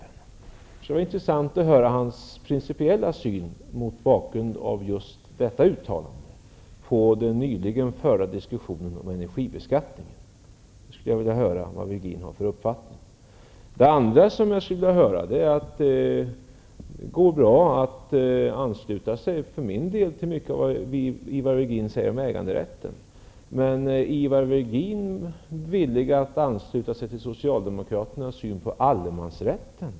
Det skulle också vara intressant att få höra hur han, mot bakgrund av just gjorda uttalande, principiellt ser på den nyss förda diskussionen om energibeskattningen. Jag för min del kan instämma i mycket av det som Ivar Virgin sade om äganderätten. Men är Ivar Virgin villig att ansluta sig till socialdemokraterna när det gäller synen på allemansrätten?